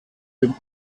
dem